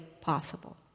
possible